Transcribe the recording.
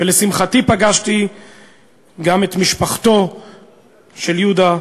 לשמחתי פגשתי גם את משפחתו של יהודה,